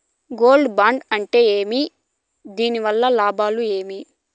Gold bond అంటే ఏమి? దీని వల్ల లాభాలు ఏమి?